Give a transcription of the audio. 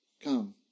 come